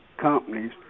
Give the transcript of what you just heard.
companies